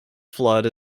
flood